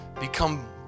become